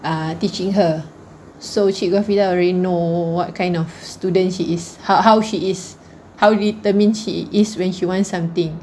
ah teaching her so cikgu hafiza already know what kind of students she is how how she is how determined she is when she want something